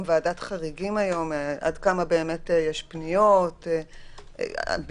עד כמה יש פניות לוועדת החריגים?